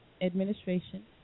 Administration